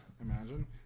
Imagine